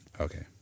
Okay